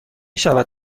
شود